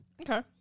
Okay